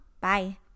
Bye